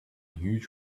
huge